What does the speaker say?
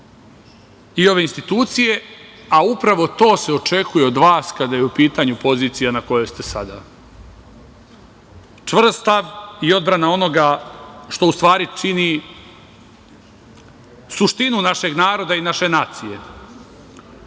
i ove institucije, a upravo to se očekuje od vas kada je u pitanju pozicija na kojoj ste sada. Čvrst stav i odbrana onoga što u stvari čini suštinu našeg naroda i naše nacije. Još